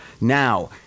Now